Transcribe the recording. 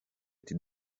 ati